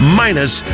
minus